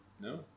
no